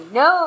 no